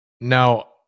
Now